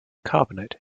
carbonate